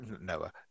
Noah